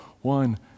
one